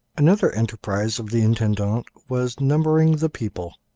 another enterprise of the intendant was numbering the people.